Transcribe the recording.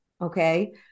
okay